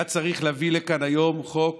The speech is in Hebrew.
היה צריך להביא לכאן היום חוק